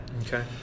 okay